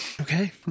okay